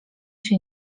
się